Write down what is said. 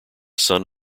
son